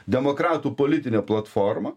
demokratų politinę platformą